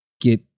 get